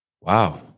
Wow